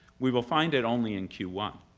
we will find it only in q one.